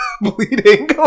bleeding